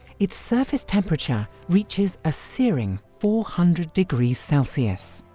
its surface temperature reaches a searing four hundred degrees celsius.